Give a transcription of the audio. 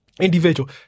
individual